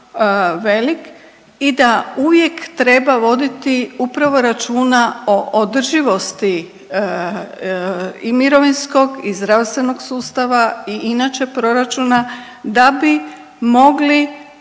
velik i da uvijek treba voditi upravo računa o održivosti i mirovinskog i zdravstvenog sustava i inače proračuna da bi mogli